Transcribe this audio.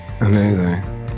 amazing